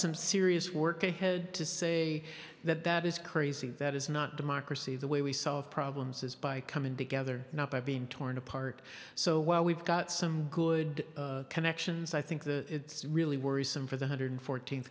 some serious work ahead to say that that is crazy that is not democracy the way we solve problems is by coming together not by being torn apart so while we've got some good connections i think the it's really worrisome for the hundred fourteen